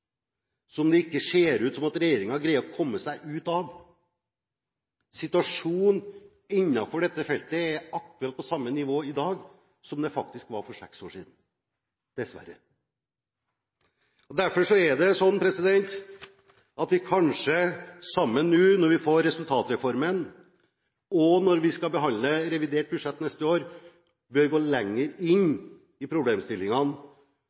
som det ikke ser ut som regjeringen greier å komme seg ut av. Situasjonen innenfor dette feltet er faktisk på akkurat samme nivå i dag som det var for seks år siden – dessverre. Derfor bør vi kanskje, nå når vi får resultatreformen, og når vi skal behandle revidert budsjett neste år, sammen gå lenger inn i problemstillingene